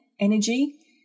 energy